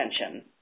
attention